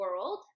world